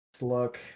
look